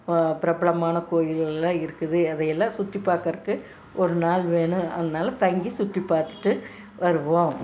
பிரபலமான கோவில்கள்லாம் இருக்குது அதையெல்லாம் சுற்றி பார்க்கறக்கு ஒரு நாள் வேணும் அதனால தங்கி சுற்றி பார்த்துட்டு வருவோம்